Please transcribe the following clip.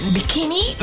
Bikini